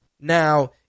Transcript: Now